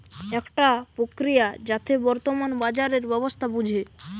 একটা প্রক্রিয়া যাতে বর্তমান বাজারের ব্যবস্থা বুঝে